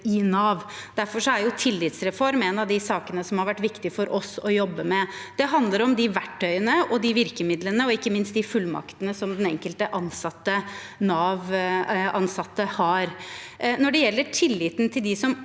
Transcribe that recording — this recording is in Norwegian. i Nav. Derfor er tillitsreform en av de sakene som har vært viktig for oss å jobbe med. Det handler om de verktøyene, de virkemidlene og ikke minst de fullmaktene den enkelte Navansatte har. Når det gjelder tilliten til dem som